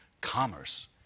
commerce